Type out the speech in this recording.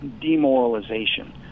demoralization